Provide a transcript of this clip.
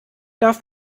darf